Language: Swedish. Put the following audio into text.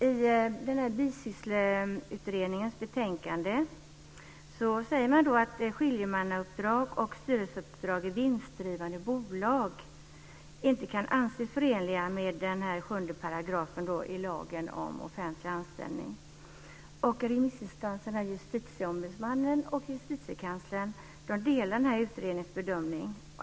I Bisyssleutredningens betänkande säger man att skiljemannauppdrag och styrelseuppdrag i vinstdrivande bolag inte kan anses förenliga med § 7 i lagen om offentlig anställning. Remissinstanserna Justitieombudsmannen och Justitiekanslern delar utredningens bedömning.